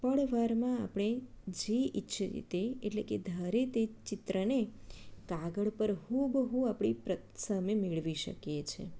પળવારમાં આપણે જે ઇચ્છીએ તે એટલે કે ધારે તે ચિત્રને કાગળ પર હૂબહૂ આપણે પ્રત્ સામે મેળવી શકીએ છીએ